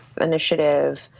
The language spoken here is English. initiative